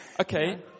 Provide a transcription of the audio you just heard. Okay